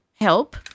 help